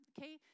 Okay